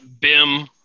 bim